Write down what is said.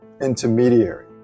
intermediary